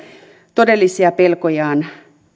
todellisia pelkojaan